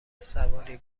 سواری